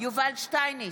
יובל שטייניץ,